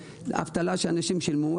אבטלה שאנשים שילמו,